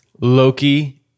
Loki